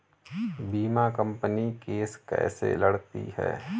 बीमा company case कैसे लड़ती है?